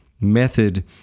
method